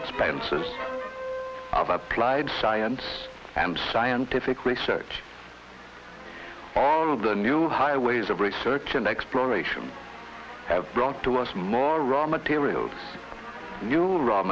expenses of applied science and scientific research all of the new highways of research and exploration have brought to us more raw materials new raw